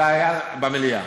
במליאה,